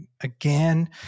Again